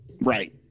Right